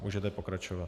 Můžete pokračovat.